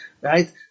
right